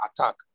attack